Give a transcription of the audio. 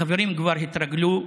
החברים כבר יתרגלו,